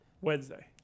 Wednesday